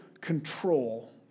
control